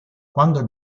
quando